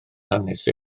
hanes